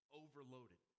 overloaded